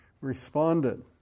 responded